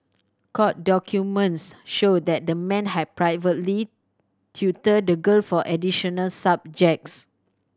court documents showed that the man had privately tutored the girl for additional subjects